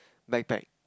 backpack